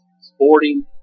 sporting